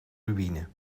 ruïne